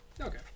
Okay